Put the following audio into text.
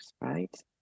right